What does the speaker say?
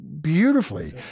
beautifully